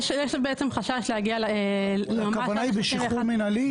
יש בעצם חשש להגיע ל-31 --- הכוונה היא בשחרור מנהלי?